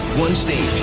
one stage.